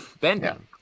bending